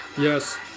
Yes